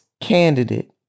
candidate